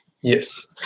Yes